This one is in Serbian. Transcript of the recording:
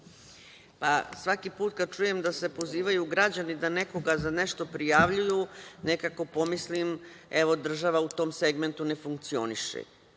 Svaki put kada čujem da se pozivaju građani da nekoga za nešto prijavljuju, nekako pomislim , evo država u tom segmentu ne funkcioniše.